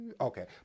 Okay